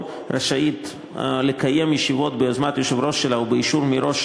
רשאית לקיים ישיבות ביוזמת היושב-ראש שלה ובאישור מראש